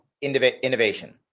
innovation